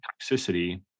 toxicity